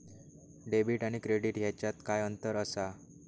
Debit आणि credit ह्याच्यात काय अंतर असा?